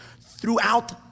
Throughout